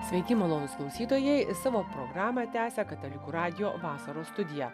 sveiki malonūs klausytojai savo programą tęsia katalikų radijo vasaros studija